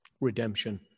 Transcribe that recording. Redemption